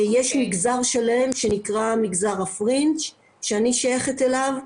יש מגזר שלם שנקרא מגזר הפרינג', שאני שייכת אליו,